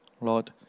Lord